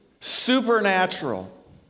supernatural